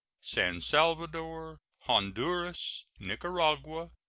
san salvador, honduras, nicaragua,